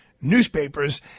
newspapers